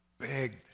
begged